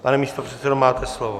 Pane místopředsedo, máte slovo.